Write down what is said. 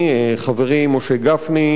חברי משה גפני,